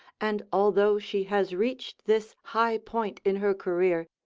and although she has reached this high point in her career,